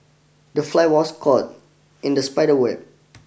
the fly was caught in the spider web